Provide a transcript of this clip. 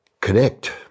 connect